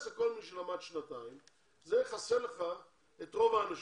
תתייחס לכל מי שלמד שנתיים וזה יכסה לך את רוב האנשים.